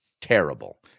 terrible